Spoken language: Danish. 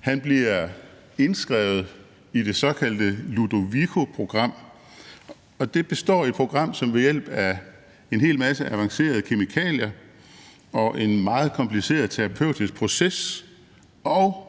Han bliver indskrevet i det såkaldte Ludovicoprogram, og det er et program, som ved hjælp af en hel masse avancerede kemikalier og en meget kompliceret terapeutisk proces og